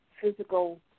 physical